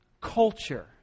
culture